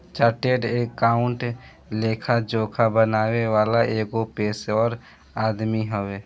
chartered accountant लेखा जोखा बनावे वाला एगो पेशेवर आदमी हवे